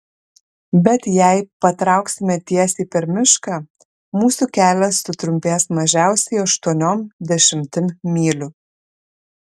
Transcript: bet jei patrauksime tiesiai per mišką mūsų kelias sutrumpės mažiausiai aštuoniom dešimtim mylių